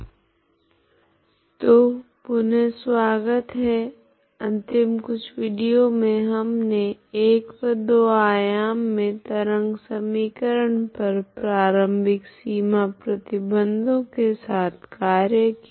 ऊष्मा समीकरण का हल - प्रगुण तो पुनः स्वागत है अंतिम कुछ विडियो मे हमने एक व दो आयाम मे तरंग समीकरण पर प्रारम्भिक सीमा प्रतिबंधों के साथ कार्य किया